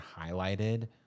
highlighted